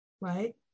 right